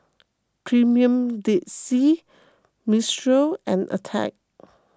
Premier Dead Sea Mistral and Attack